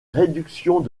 réductions